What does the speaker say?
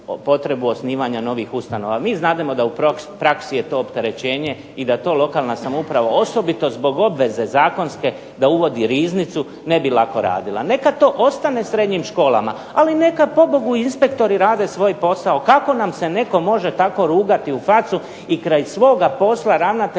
osnivanja novih ustanova. Mi znademo da u praksi je to opterećenje i da to lokalna samouprava osobito zbog obveze zakonske da uvodi riznicu ne bi lako radila. Neka to ostane srednjim školama, ali neka pobogu inspektori rade svoj posao. Kako nam se netko može tako rugati u facu i kraj svoga posla ravnatelja